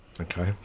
Okay